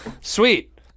sweet